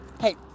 Hey